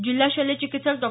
जिल्हा शल्य चिकित्सक डॉ